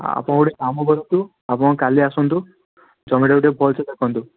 ଆପଣ ଗୋଟେ କାମ କରନ୍ତୁ ଆପଣ କାଲି ଆସନ୍ତୁ ଜମିଟାକୁ ଟିକେ ଭଲସେ ଦେଖନ୍ତୁ